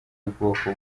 ubwoko